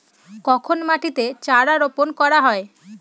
কখন মাটিতে চারা রোপণ করতে হয়?